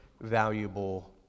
valuable